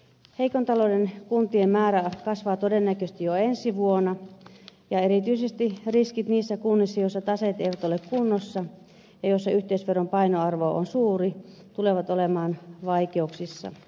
heikon talouden kuntien määrä kasvaa todennäköisesti jo ensi vuonna ja erityisesti riskit niissä kunnissa joissa taseet eivät ole kunnossa ja joissa yhteisöveron painoarvo on suuri tulevat olemaan vaikeuksissa